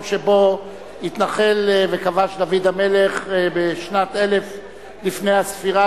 שבו התנחל וכבש דוד המלך בשנת 1000 לפני הספירה,